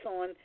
on